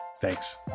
thanks